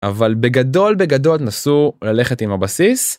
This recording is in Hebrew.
אבל בגדול בגדול נסו ללכת עם הבסיס.